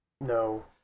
no